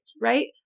right